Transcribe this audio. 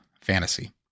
fantasy